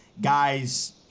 guys